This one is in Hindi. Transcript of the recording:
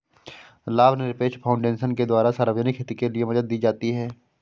लाभनिरपेक्ष फाउन्डेशन के द्वारा सार्वजनिक हित के लिये मदद दी जाती है